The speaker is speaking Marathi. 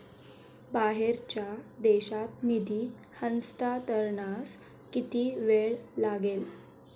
बाहेरच्या देशात निधी हस्तांतरणास किती वेळ लागेल?